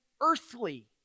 earthly